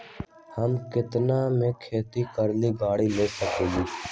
हम केतना में खेती करेला गाड़ी ले सकींले?